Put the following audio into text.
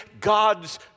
God's